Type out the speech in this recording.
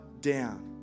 down